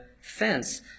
fence